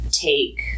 take